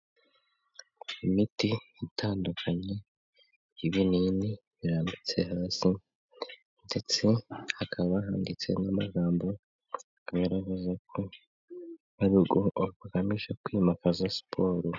Imiti itandukanye y'ibinini birambitse hasi ndetse hakaba handitseho n'amagambo agaragaza ko hari hagamijwe kwimakaza siporo.